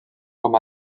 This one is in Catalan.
com